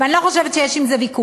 ואני לא חושבת שיש על זה ויכוח.